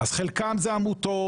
אז חלקם זה עמותות